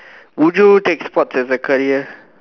would you take sports as a career